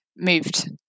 Moved